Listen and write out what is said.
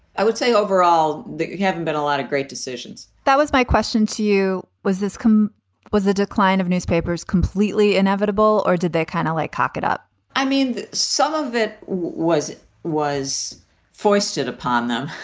i would say overall that you haven't been a lot of great decisions that was my question to you, was this come was the decline of newspapers completely inevitable or did they kind of like cock it up? i mean, some of it was it was foisted upon them.